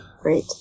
Great